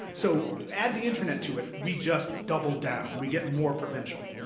so add the internet to it, we just double down. we get more provincial.